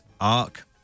ark